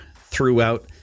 throughout